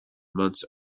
months